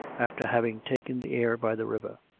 after having taken the air by the river.